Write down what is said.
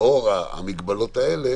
לאור המגבלות האלה